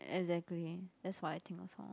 exactly that's what I think also